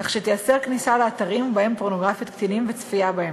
כך שתיאסר כניסה לאתרים שבהם פורנוגרפיית קטינים וצפייה בהם.